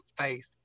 faith